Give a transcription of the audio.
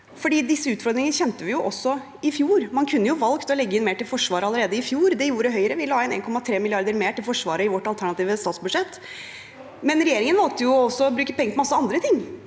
disse utfordringene kjente vi også i fjor. Man kunne jo valgt å legge inn mer til Forsvaret allerede i fjor. Det gjorde Høyre – vi la inn 1,3 mrd. kr mer til Forsvaret i vårt alternative statsbudsjett. Men regjeringen valgte også å bruke penger på en masse andre ting